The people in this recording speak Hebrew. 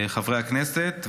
חברי הכנסת,